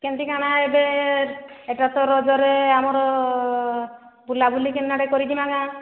କେମିତି କାଣା ଏବେ ଏବେ ତ ରଜରେ ଆମର ବୁଲାବୁଲି କିନ୍ ଆଡ଼େ କରି ଯିବା କାଁ